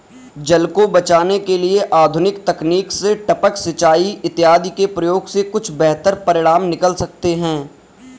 जल को बचाने के लिए आधुनिक तकनीक से टपक सिंचाई इत्यादि के प्रयोग से कुछ बेहतर परिणाम निकल सकते हैं